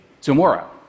tomorrow